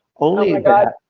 holy ah god!